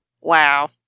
Wow